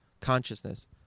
consciousness